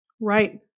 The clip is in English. Right